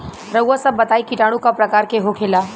रउआ सभ बताई किटाणु क प्रकार के होखेला?